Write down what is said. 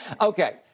Okay